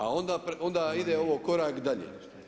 A onda ide ovo korak dalje.